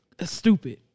stupid